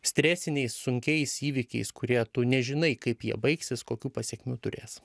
stresiniais sunkiais įvykiais kurie tu nežinai kaip jie baigsis kokių pasekmių turės